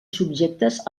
subjectes